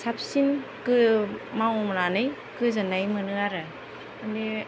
साबसिन मावनानै गोजोननाय मोनो आरो माने